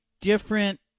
different